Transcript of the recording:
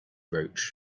roach